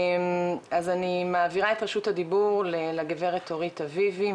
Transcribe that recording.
אז אני מעבירה את רשות הדיבור לגברת אורית אביבי,